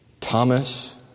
Thomas